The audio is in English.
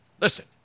Listen